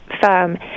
firm